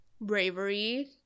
bravery